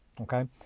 Okay